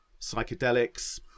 psychedelics